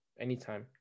Anytime